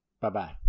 Bye-bye